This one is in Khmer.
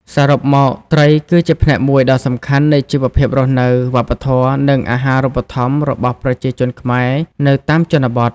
សរុបមក ត្រីគឺជាផ្នែកមួយដ៏សំខាន់ នៃជីវភាពរស់នៅ វប្បធម៌ និងអាហារូបត្ថម្ភរបស់ប្រជាជនខ្មែរនៅតាមជនបទ។